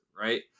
right